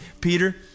Peter